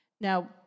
Now